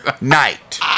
night